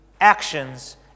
actions